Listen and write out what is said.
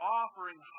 offering